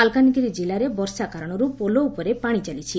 ମାଲକାନଗିରି କିଲ୍ଲାରେ ବର୍ଷା କାରଣରୁ ପୋଲ ଉପରେ ପାଶି ଚାଲିଛି